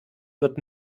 wird